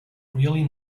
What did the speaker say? really